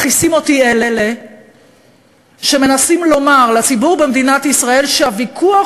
מכעיסים אותי אלה שמנסים לומר לציבור במדינת ישראל שהוויכוח